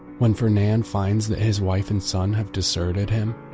when fernand finds that his wife and son have deserted him,